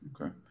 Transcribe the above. Okay